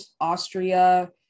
Austria